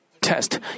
test